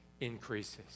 increases